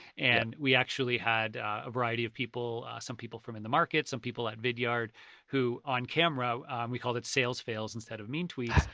and we actually had a variety of people, some people from in the market, some people at vidyard who on camera we called it sales fails instead of mean tweets.